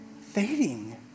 fading